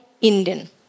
Indian